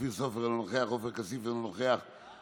אופיר סופר, אינו נוכח, עופר כסיף, אינו